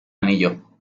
anillo